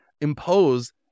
impose